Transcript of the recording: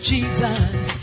Jesus